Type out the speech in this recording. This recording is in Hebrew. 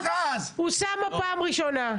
אוסאמה, פעם ראשונה.